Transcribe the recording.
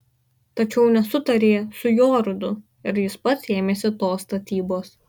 tačiau nesutarė su jorudu ir jis pats ėmėsi tos statybos